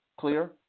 clear